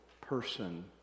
person